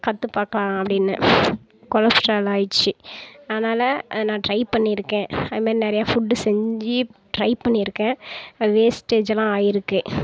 கற்று பார்க்கலாம் அப்படின்னு கொலஸ்ட்ரால் ஆகிடிச்சி அதனால் அது நான் டிரை பண்ணியிருக்கேன் அது மாதிரி நிறையா ஃபுட் செஞ்சு டிரை பண்ணியிருக்கேன் அது வேஸ்ட்டேஜிலாம் ஆகியிருக்கு